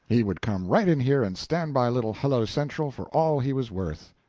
he would come right in here and stand by little hello-central for all he was worth.